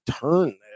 turn